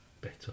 better